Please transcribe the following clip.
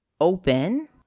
open